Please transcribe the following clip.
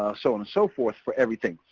so on and so forth for everything.